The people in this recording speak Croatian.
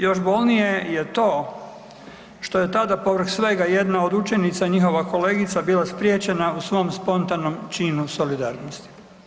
Još bolnije je to što je tada povrh svega jedna od učenica, njihova kolegica, bila spriječena u svom spontanom činu solidarnosti.